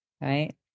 Right